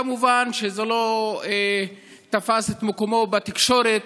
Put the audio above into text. כמובן שזה לא תפס את מקומו בתקשורת,